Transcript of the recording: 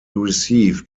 received